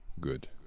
Good